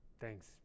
Thanks